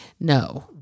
no